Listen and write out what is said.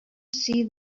see